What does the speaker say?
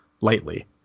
lightly